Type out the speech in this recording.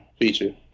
feature